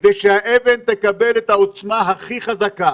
כדי שהאבן תקבל את העוצמה הכי חזקה